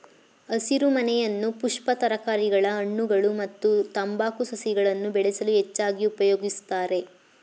ಹಸಿರುಮನೆಯನ್ನು ಪುಷ್ಪ ತರಕಾರಿಗಳ ಹಣ್ಣುಗಳು ಮತ್ತು ತಂಬಾಕು ಸಸಿಗಳನ್ನು ಬೆಳೆಸಲು ಹೆಚ್ಚಾಗಿ ಉಪಯೋಗಿಸ್ತರೆ